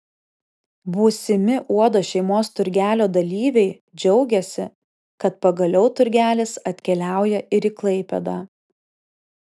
būsimi uodo šeimos turgelio dalyviai džiaugiasi kad pagaliau turgelis atkeliauja ir į klaipėdą